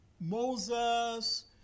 Moses